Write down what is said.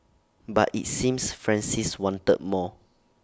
but IT seems Francis wanted more